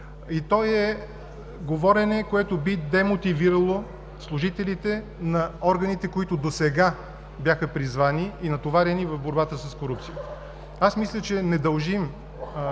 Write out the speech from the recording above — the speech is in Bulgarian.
то е говорене, което би демотивирало служителите на органите, които досега бяха призвани и натоварени в борбата с корупцията. Аз мисля, че не дължим